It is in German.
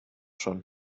schon